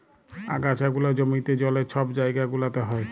আগাছা গুলা জমিতে, জলে, ছব জাইগা গুলাতে হ্যয়